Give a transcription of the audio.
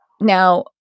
Now